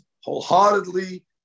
wholeheartedly